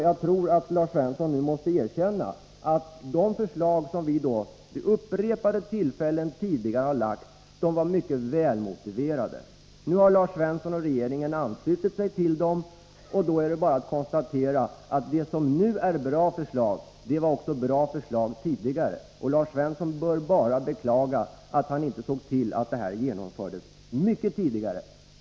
Jag tror att Lars Svensson nu måste erkänna att de förslag som vi vid upprepade tillfällen tidigare har lagt fram var mycket välmotiverade. Nu har Lars Svensson och regeringen anslutit sig till dem. Då är det bara att konstatera att det som nu är bra förslag, det var bra förslag även tidigare. Lars Svensson bör bara beklaga att han inte såg till att detta genomfördes mycket tidigare.